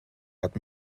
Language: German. hat